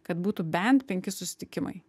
kad būtų bent penki susitikimai